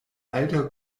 alta